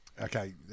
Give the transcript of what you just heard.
Okay